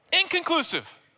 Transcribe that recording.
Inconclusive